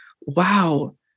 wow